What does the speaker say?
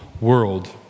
world